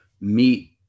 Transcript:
meet